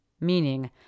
meaning